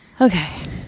Okay